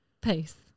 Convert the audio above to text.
Peace